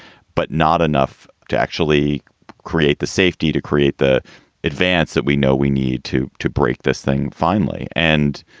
but not enough to actually create the safety, to create the advance that we know we need to. to break this thing finally and.